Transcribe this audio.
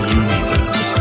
universe